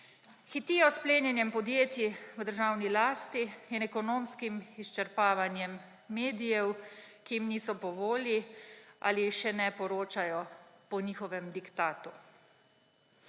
Hitijo s plenjenjem podjetij v državni lasti in ekonomskim izčrpavanjem medijev, ki jim niso po volji ali še ne poročajo po njihovem diktatu.